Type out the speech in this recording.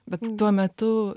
bet tuo metu